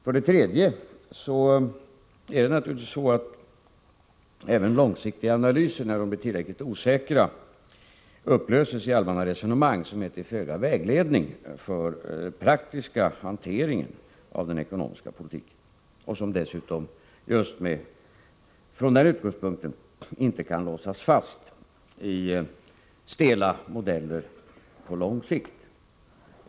Vidare är det naturligtvis så, att även långsiktiga analyser när de blir tillräckligt osäkra upplöses i allmänna resonemang, som är till föga vägledning för den praktiska hanteringen av den ekonomiska politiken, vilken dessutom just från den utgångspunkten inte kan låsas fast i stela modeller på lång sikt.